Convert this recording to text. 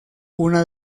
una